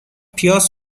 پیاز